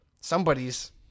somebody's